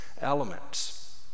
elements